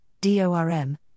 DORM